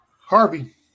Harvey